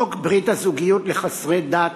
חוק ברית הזוגיות לחסרי דת,